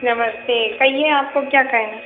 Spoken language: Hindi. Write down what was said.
नमस्ते कहिए आपको क्या कहना है